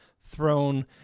throne